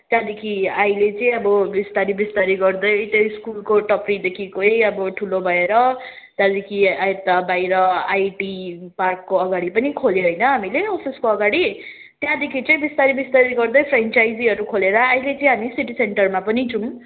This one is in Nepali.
त्यहाँदेखि अहिले चाहिँ अब बिस्तारै बिस्तारै गर्दै त्यो स्कुलको टप्रीदेखिकै अब ठुलो भएर त्यहाँदेखि अहिले त बाहिर आइपी पार्कको अगाडि पनि खोल्यौँ होइन हामीले त्यसको अगाडि त्यहाँदेखि चाहिँ बिस्तारै बिस्तारै गर्दै फ्रेन्चाइजीहरू खोलेर अहिले चाहिँ हामी सिटी सेन्टरमा पनि छौँ